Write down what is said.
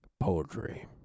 poetry